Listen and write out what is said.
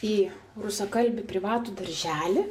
į rusakalbį privatų darželį